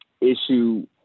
issue